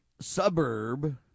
suburb